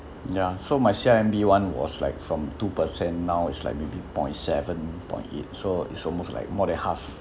ya so my C_I_M_B one was like from two percent now is like maybe point seven point eight so it's almost like more than half